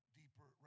deeper